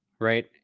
right